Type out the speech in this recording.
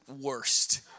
worst